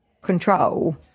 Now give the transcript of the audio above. control